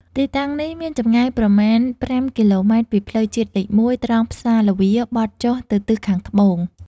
ទីតាំងនេះមានចម្ងាយប្រមាណ ៥ គីឡូម៉ែត្រពីផ្លូវជាតិលេខ ១ (ត្រង់ផ្សារល្វា) បត់ចុះទៅទិសខាងត្បូង។